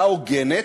הצעה הוגנת,